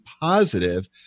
positive